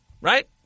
Right